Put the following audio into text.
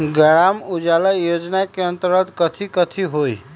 ग्राम उजाला योजना के अंतर्गत कथी कथी होई?